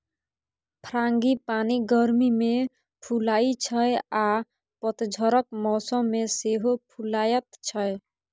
frangipani गर्मी मे फुलाइ छै आ पतझरक मौसम मे सेहो फुलाएत छै